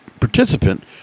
participant